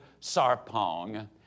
Sarpong